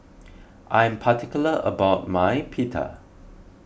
I am particular about my Pita